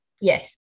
Yes